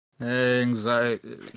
Anxiety